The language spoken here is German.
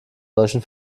deutschen